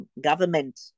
government